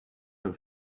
her